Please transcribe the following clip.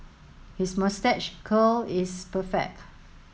his moustache curl is perfect